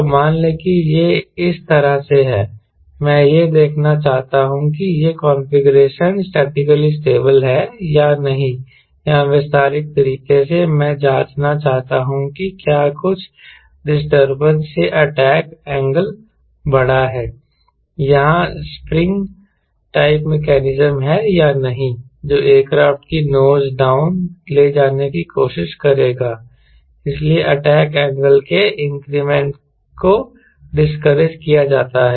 तो मान लें कि यह इस तरह से है मैं यह देखना चाहता हूं कि यह कॉन्फ़िगरेशन स्टैटिकली स्टेबिल है या नहीं या विस्तारित तरीके से मैं जांचना चाहता हूं कि क्या कुछ डिस्टरबेंस से अटैक एंगल बढ़ा है यहां स्प्रिंग टाइप मकैनिजम है या नहीं जो एयरक्राफ्ट की नोज डाउन ले जाने की कोशिश करेगा इसलिए अटैक एंगल के इंक्रीमेंट को डिसकरेज किया जाता है